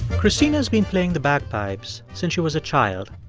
cristina's been playing the bagpipes since she was a child.